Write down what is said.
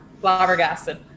flabbergasted